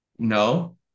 No